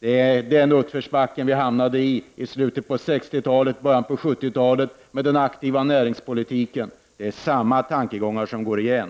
Det är den utförsbacken vi hamnade ii slutet av 60-talet och början av 70-talet med den aktiva näringspolitiken. Det är samma tankegångar som går igen.